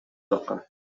жакка